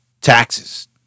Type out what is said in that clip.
taxes